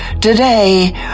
Today